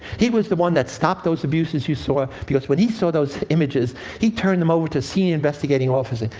he was the one that stopped those abuses you saw, because when he saw those images, he turned them over to a senior investigating officer.